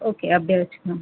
okay அப்படியே வெச்சுக்கலாம்